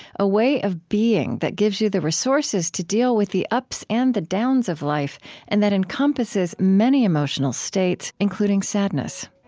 a way of being that gives you the resources to deal with the ups and the downs of life and that encompasses many emotional states, including sadness.